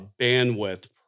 bandwidth